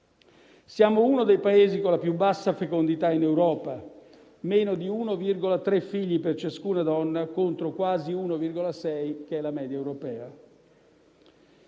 Siamo uno dei Paesi con la più bassa fecondità in Europa, meno di 1,3 figli per ciascuna donna contro quasi 1,6 della media europea.